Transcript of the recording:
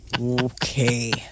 Okay